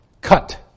cut